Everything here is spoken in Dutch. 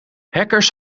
hackers